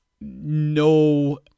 no